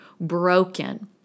broken